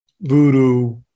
voodoo